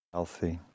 Healthy